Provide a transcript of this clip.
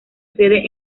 sede